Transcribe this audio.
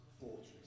fortress